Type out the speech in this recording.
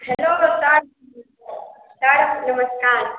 hello sir sir नमस्कार